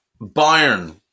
Bayern